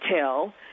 tell